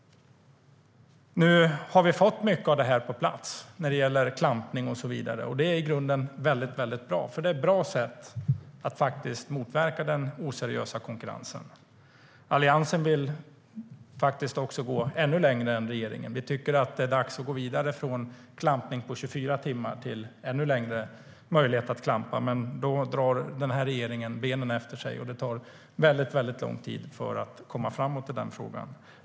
Nu har vi fått mycket av detta på plats - det gäller klampning och så vidare, och det är i grunden bra, för det är bra sätt att motverka den oseriösa konkurrensen. Alliansen vill faktiskt gå ännu längre än regeringen. Vi tycker att det är dags att gå vidare från klampning i 24 timmar till att få möjlighet att klampa ännu längre tid. Men regeringen drar benen efter sig, och det tar lång tid att komma framåt i den frågan.